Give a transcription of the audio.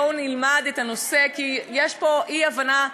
בואו נלמד את הנושא כי יש פה אי-הבנה,